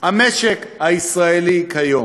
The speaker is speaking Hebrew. המשק הישראלי כיום?